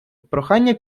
прохання